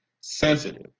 sensitive